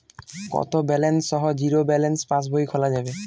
কত ব্যালেন্স সহ zero balance পাসবই খোলা যাবে?